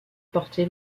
porté